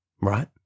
right